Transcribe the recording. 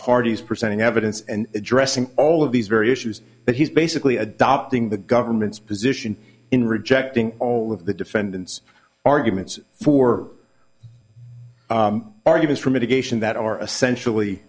parties presenting evidence and addressing all of these very issues but he's basically adopting the government's position in rejecting all of the defendant's arguments for arguments for mitigation that are essentially